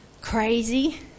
Crazy